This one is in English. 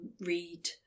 read